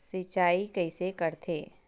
सिंचाई कइसे करथे?